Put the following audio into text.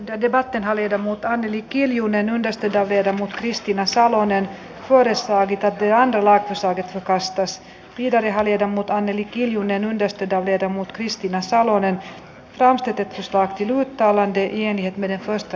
wrede varten hallita mutta anneli kiljunen on esteitä viedä mut kristiina salonen pori saa pitää jään laatusuhde kun rastas pitää hallita mutta anneli kiljunen on testata viedä mut kristiina salonen rastitetusta kivuitta avantejen ja lausumaehdotuksen